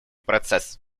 процесс